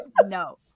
No